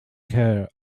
care